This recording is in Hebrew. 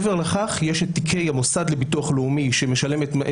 מעבר לכך יש תיקי המוסד לביטוח לאומי שמשלמת את